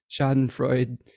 schadenfreude